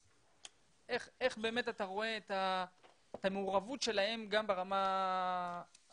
איך באמת אתה רואה את המעורבות שלהם גם ברמה הציונית,